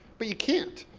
but you can't,